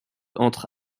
entre